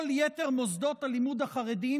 כל יתר מוסדות הלימוד החרדים,